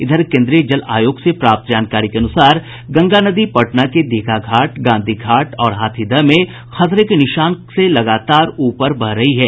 इधर केन्द्रीय जल आयोग से प्राप्त जानकारी के अनुसार गंगा नदी पटना के दीघा घाट गांधी घाट और हाथीदह में खतरे के निशान से लगातार ऊपर बह रही है